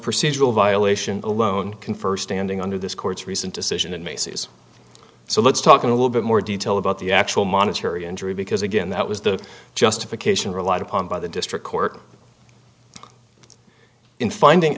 procedural violation alone confer standing under this court's recent decision and macy's so let's talking a little bit more detail about the actual monetary injury because again that was the justification relied upon by the district court in finding